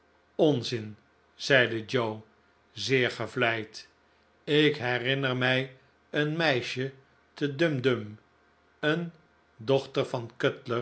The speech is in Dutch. onzin zeide joe zeer gevleid ik herinner mij een meisje te dumdum een dochter van